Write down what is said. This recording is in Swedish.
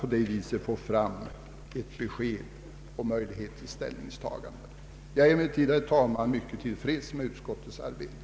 På det viset skulle vi få ett besked och möjligheter till ställningstagande. Jag är emellertid, herr talman, mycket tillfreds med utskottets arbete.